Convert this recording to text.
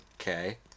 Okay